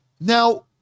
Now